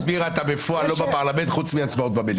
--- אתה בפועל לא בפרלמנט, חוץ מהצבעות במליאה.